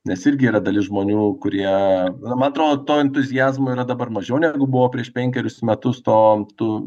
nes irgi yra dalis žmonių kurie man atrodo to entuziazmo yra dabar mažiau negu buvo prieš penkerius metus to tų